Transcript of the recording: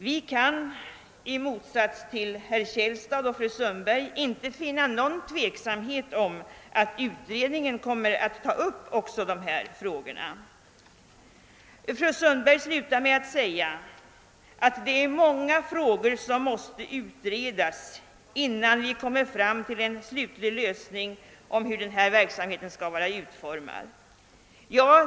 Vi kan i motsats till herr Källstad och fru Sundberg inte känna nå gon tveksamhet huruvida utredningen kommer att ta upp även dessa saker. Fru Sundberg slutade med att säga att det är många frågor som måste utredas innan vi kommer fram till en slutlig lösning när det gäller utformningen av denna verksamhet.